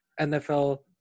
NFL